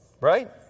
Right